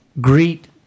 greet